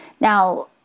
Now